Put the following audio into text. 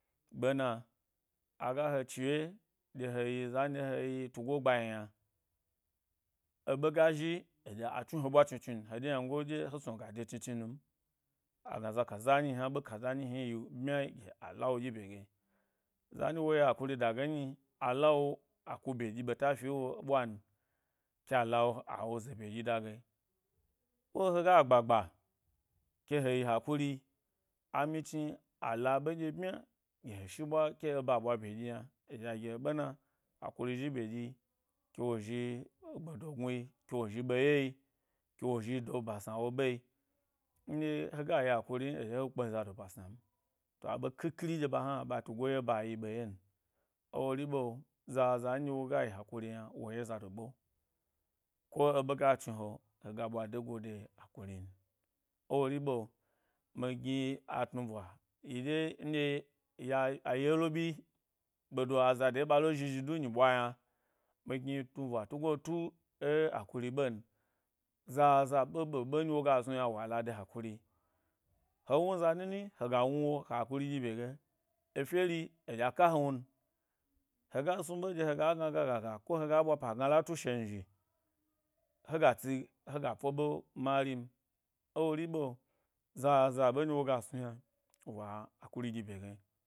Ɓena, aga he chiwye ɗye heyi za nɗye he yi tugo gba yna, eɓe ga zhi, adye a chm he ɓwa chnu chnu n, hege yango ɗye, he snu hega de chni chni nu m agna za kaza nyi hna ɓe ka yi ɓmya gi a la wo ɗyi bye ge. Za nɗye wo yi akuri dage nyi a lawo a ku bye ɗye ɓeta fi e wo ɓwa n ke a lawo, awo ze bye ɗye da ge ko. Hega gbagba, ke heyi akuri amichni, a la ɓe ɗye bmya gyi he shi ɓwa, ke eba ɓwa bye ɗyi, yna a ɗye a gi he, ɓena akuri zhi bye zhi ke wo zhi gbedo gruyi ke wo. Zhi ɓe ye yi, ke wo zhi do ba sna wo ɓe. Nɗye he ga yi akurin he kpe zado ba sna n, to, aɓe қhi khiri ɓa hna ɓa tugo ɓwa ba yi ɓe yen. Ewori ɓe, za za nɗye woga yi akuri yna wo ye zado ɓe, ko eɓe ga chnu he, he ga ɓwa de go de a kurin; ewori ɓe, mi gni a gnubwa, yi ɗye nɗye ya a yelo ɓyi ɓedo aza de ɓale zhi zhi du nyi ɓwa yna, mi gniyi tnuɓwa tugo e akiri ɓe n zaza ɓe’ ɓe’ ɓe woga snu ynu wa la de hakuri, he wnu zanin, hega wnu wo ha hakuri ɗyi bye ge, efyo ri eɗye a ka he wnun. Hega snu, ɓe dye hega, gna gâ gâ gâ, ko heya ɓwa pa gnala tu shan zhi hega tsi, hega po ɓo mari n, ewori, ɓe, zaza ɓe ɗye woga snu yna wa, akuri ɗyi bye. Ge.